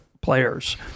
players